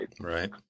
Right